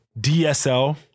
DSL